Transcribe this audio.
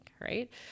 right